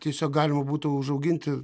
tiesiog galima būtų užauginti